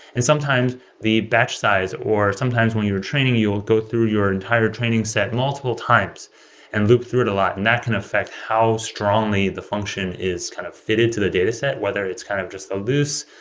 and sometimes the batch size or sometimes when you're training, you'll go through your entire training set multiple times and loop through it a lot, and that affect how strongly the function is kind of fitted to the data set, whether it's kind of just a loose,